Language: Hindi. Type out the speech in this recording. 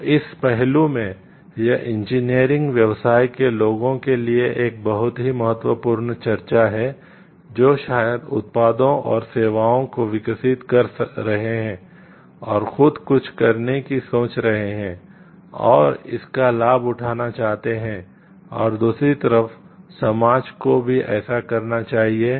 तो इस पहलू में यह इंजीनियरिंग व्यवसाय के लोगों के लिए एक बहुत ही महत्वपूर्ण चर्चा है जो शायद उत्पादों और सेवाओं को विकसित कर रहे हैं और खुद कुछ करने की सोच रहे हैं और इसका लाभ उठाना चाहते हैं और दूसरी तरफ समाज को भी ऐसा करना चाहिए